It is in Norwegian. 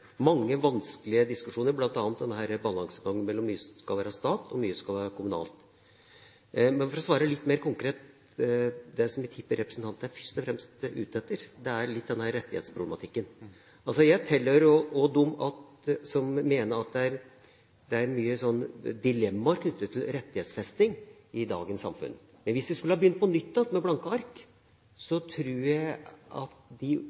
skal være statlig og hvor mye kommunalt. Men jeg skal svare litt mer konkret på det jeg tipper representanten først og fremst er ute etter – rettighetsproblematikken. Jeg tilhører dem som mener at det er mange dilemmaer knyttet til rettighetsfesting i dagens samfunn. Men hvis vi skulle ha begynt på nytt med blanke ark, tror jeg at disse